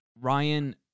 Ryan